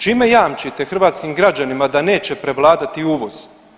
Čime jamčite hrvatskim građanima da neće prevladati uvoz?